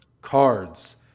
Cards